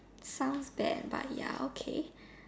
sounds that but ya okay